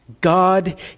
God